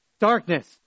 darkness